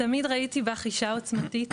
תמיד ראיתי בך אישה עוצמתית,